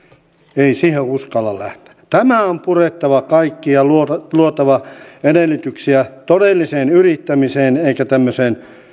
ei siihen uskalla lähteä tämä on purettava kaikki ja luotava edellytyksiä todelliseen yrittämiseen eikä tämmöiseen